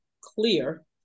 clear